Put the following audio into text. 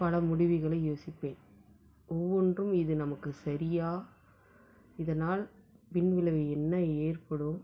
பல முடிவுகளை யோசிப்பேன் ஒவ்வொன்றும் இது நமக்கு சரியா இதனால் பின்விளைவு என்ன ஏற்படும்